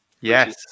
Yes